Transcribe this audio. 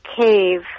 cave